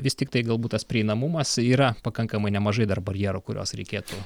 vis tiktai galbūt tas prieinamumas yra pakankamai nemažai dar barjerų kuriuos reikėtų